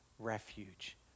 Refuge